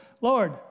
Lord